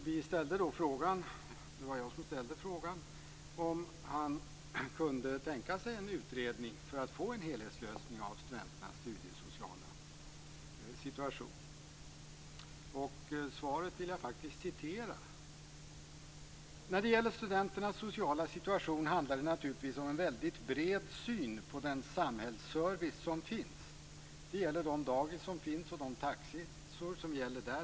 Jag ställde då frågan om han kunde tänka sig en utredning för att få en helhetslösning av studenternas studiesociala situation. Svaret blev: "När det gäller studenternas sociala situation handlar det naturligtvis om en väldigt bred syn på den samhällsservice som finns. Det gäller de dagis som finns och de taxor som gäller där.